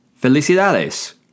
Felicidades